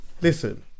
Listen